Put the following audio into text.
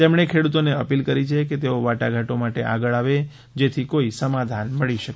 તેમણે ખેડૂતોને અપીલ કરી કે તેઓ વાટાઘાટો માટે આગળ આવે જેથી કોઈ સમાધાન મળી શકે